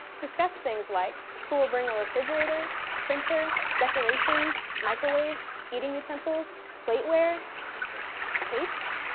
discuss things like who will bring a refrigerator printer decorations microwaves eating utensils plate ware capes?